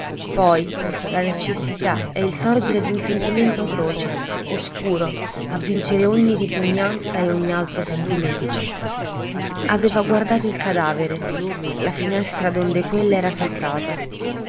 poi la necessità e il sorgere d'un sentimento atroce oscuro a vincere ogni ripugnanza e ogni altro sentimento aveva guardato il cadavere la finestra donde quella era saltata